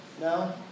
No